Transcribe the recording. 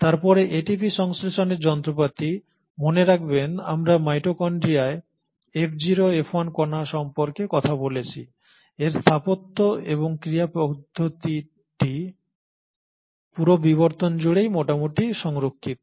তারপরে এটিপি সংশ্লেষণের যন্ত্রপাতি মনে রাখবেন আমরা মাইটোকন্ড্রিয়ায় F0 F1 কণা সম্পর্কে কথা বলেছি এর স্থাপত্য এবং ক্রিয়া পদ্ধতিটি পুরো বিবর্তন জুড়ে মোটামুটি সংরক্ষিত